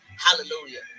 Hallelujah